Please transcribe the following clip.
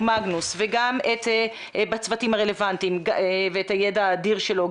מגנוס ולכלול אותו גם בצוותים הרלוונטיים עם הידע האדיר שלו.